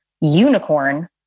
unicorn